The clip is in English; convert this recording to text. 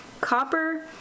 Copper